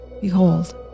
Behold